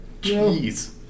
jeez